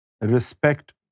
respect